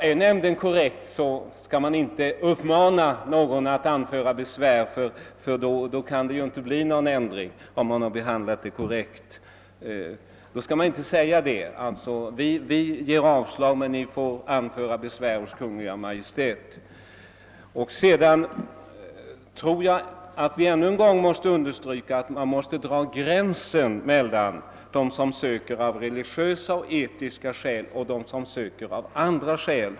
Men har nämnden handlat korrekt bör man väl inte uppmana någon att anföra besvär, ty då kan det ju inte bli en ändring. Då skall man inte säga att »vi avslår ansökan men Ni får anföra besvär hos Kungl. Maj:t». Jag tror att det är av vikt att ännu en gång understryka att det måste dras en gräns mellan dem som söker av religiösa och etiska skäl och dem som söker av andra skäl.